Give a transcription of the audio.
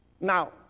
Now